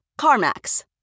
CarMax